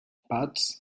but